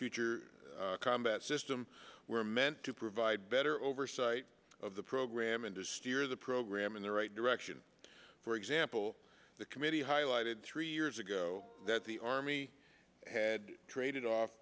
future combat system were meant to provide better oversight of the program and to steer the program in the right direction for example the committee highlighted three years ago that the army had